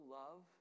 love